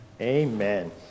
Amen